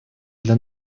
для